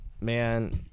man